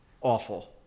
awful